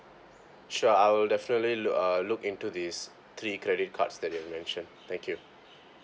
sure I'll definitely look uh look into these three credit cards that you had mentioned thank you